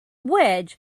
wedge